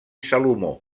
salomó